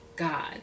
God